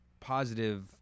positive